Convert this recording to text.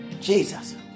Jesus